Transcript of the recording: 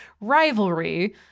rivalry